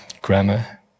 grammar